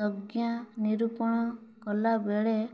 ସଂଜ୍ଞା ନିରୂପଣ କଲାବେଳେ